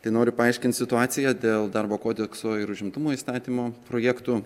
tai noriu paaiškint situaciją dėl darbo kodekso ir užimtumo įstatymo projektų